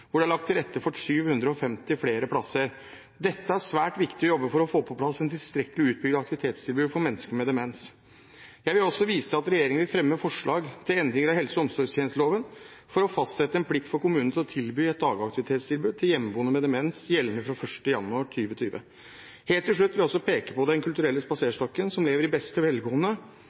hvor det er lagt til rette for 750 flere plasser. Det er svært viktig å jobbe for å få på plass et tilstrekkelig utbygd aktivitetstilbud for mennesker med demens. Jeg vil også vise til at regjeringen vil fremme forslag til endringer i helse- og omsorgstjenesteloven for å fastsette en plikt for kommunene til å tilby et dagaktivitetstilbud til hjemmeboende med demens, gjeldende fra 1. januar 2020. Helt til slutt vil jeg peke på Den kulturelle spaserstokken, som lever i beste velgående,